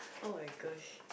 oh-my-gosh